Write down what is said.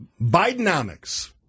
Bidenomics